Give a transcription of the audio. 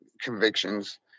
convictions